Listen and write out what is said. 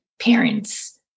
parents